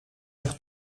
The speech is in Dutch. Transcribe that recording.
zich